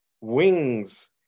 wings